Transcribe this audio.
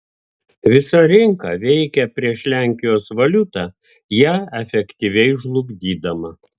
visa rinka veikė prieš lenkijos valiutą ją efektyviai žlugdydama